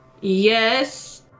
Yes